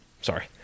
sorry